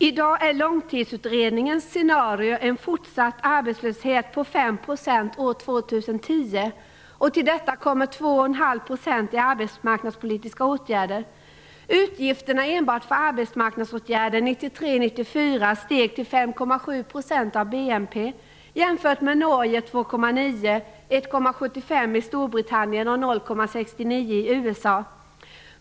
I dag är Långtidsutredningens scenario en fortsatt arbetslöshet på 5 % år 2010, och till detta kommer 5,7 % av BNP. Det kan man jämföra med 2,9 i Norge, 1,75 i Storbritannien och 0,69 i USA.